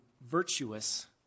virtuous